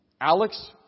Alex